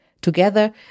Together